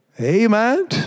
Amen